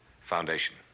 Foundation